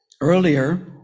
Earlier